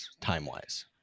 time-wise